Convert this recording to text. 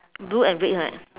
blue and red right